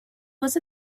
was